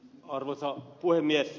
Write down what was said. arvoisa puhemies